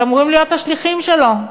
אתם אמורים להיות השליחים שלו.